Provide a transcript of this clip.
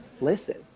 listen